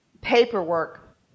paperwork